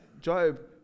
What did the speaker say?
Job